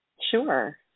Sure